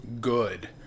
good